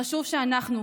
חשוב שאנחנו,